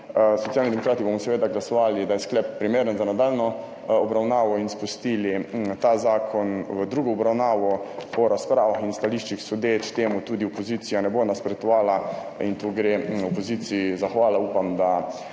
Socialni demokrati bomo seveda glasovali, da je sklep primeren za nadaljnjo obravnavo in spustili ta zakon v drugo obravnavo. Po razpravah in stališčih sodeč temu tudi opozicija ne bo nasprotovala in to gre in opoziciji zahvala. Upam, da